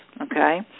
okay